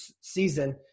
season